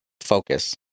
focus